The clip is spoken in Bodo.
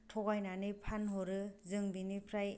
थगायनानै फानहरो जों बेनिफ्राय